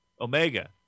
Omega